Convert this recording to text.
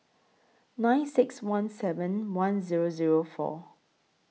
nine six one seven one Zero Zero four